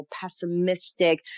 pessimistic